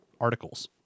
articles